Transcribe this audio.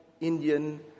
Indian